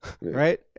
Right